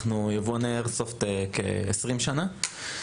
אנחנו יבואני איירסופט כ-20 שנה.